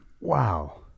Wow